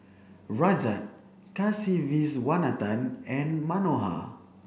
Rajat Kasiviswanathan and Manohar